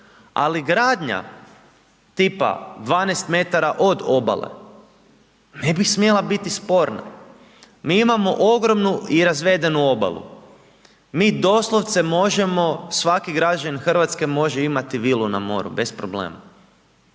ali gradnja tipa 12 m od obale ne bi smjela biti sporna. Mi imamo ogromnu i razvedenu obalu, mi doslovce možemo, svaki građanin Hrvatske može imati vilu na moru bez problema